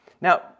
Now